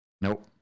Nope